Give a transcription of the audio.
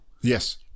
Yes